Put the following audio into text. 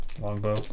Longbow